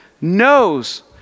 knows